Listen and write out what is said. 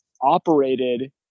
operated